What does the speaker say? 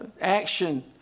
action